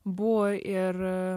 buvo ir